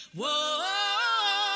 Whoa